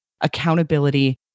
accountability